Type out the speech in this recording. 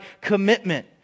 commitment